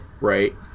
Right